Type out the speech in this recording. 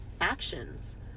actions